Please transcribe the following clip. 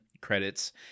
credits